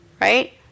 right